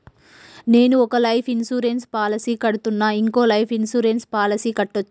నేను ఒక life insurance policy కడ్తున్నా, ఇంకో లైఫ్ ఇన్సూరెన్స్ పాలసీ కట్టొచ్చా?